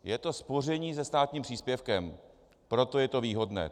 Je to spoření se státním příspěvkem, proto je to výhodné.